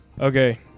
Okay